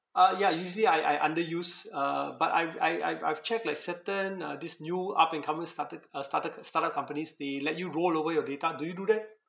ah ya usually I I underuse uh but I I I've I've checked like certain uh this new up and coming started uh started start up companies they let you go rollover your data do you do that